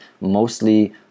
mostly